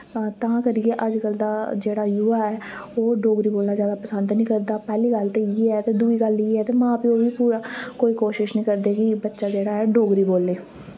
तां करियां अजकल्ल दा जेह्ड़ा युवा ऐ ओह् डोगरी बोलना जैदा पसंद निं करदा पैह्ली गल्ल ते इयै ते दुई गल्ल एह् ऐ ते मां प्यो वी पूरा कोई कोशिश निं करदे कि बच्चा जेह्ड़ा डोगरी बोल्ले